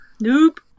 Nope